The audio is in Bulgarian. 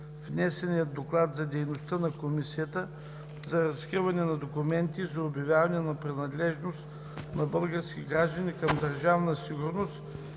внесения Доклад за дейността на Комисията за разкриване на документите и за обявяване на принадлежност на български граждани към Държавна сигурност